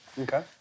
Okay